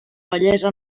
bellesa